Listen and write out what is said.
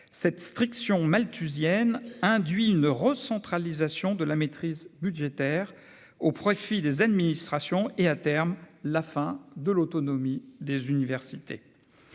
Cette « striction » malthusienne induit une recentralisation de la maîtrise budgétaire au profit des administrations et, à terme, la fin de l'autonomie des universités.